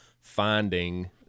finding